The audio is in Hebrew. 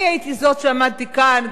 אני הייתי זאת שעמדתי כאן,